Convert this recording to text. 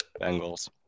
Bengals